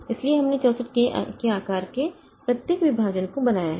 इसलिए हमने 64 K के आकार के प्रत्येक विभाजन को बनाया है